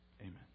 Amen